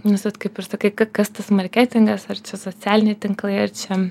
nes vat kaip ir sakai ka kas tas marketingas ar čia socialiniai tinklai ar čia